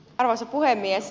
arvoisa puhemies